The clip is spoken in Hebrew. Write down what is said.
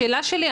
השאלה שלי,